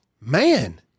man